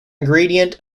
ingredient